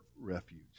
refuge